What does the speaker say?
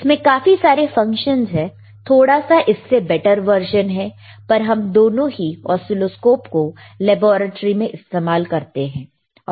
इसमें काफी सारे फंक्शन है थोड़ा सा इससे बेटर वर्शन है पर हम दोनों ही ऑसीलोस्कोप को लैबोरेट्री में इस्तेमाल करते हैं